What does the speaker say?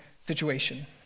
situation